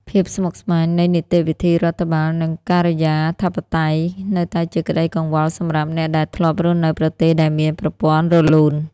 ភាពស្មុគស្មាញនៃនីតិវិធីរដ្ឋបាល និងការិយាធិបតេយ្យ នៅតែជាក្ដីកង្វល់សម្រាប់អ្នកដែលធ្លាប់រស់នៅប្រទេសដែលមានប្រព័ន្ធរលូន។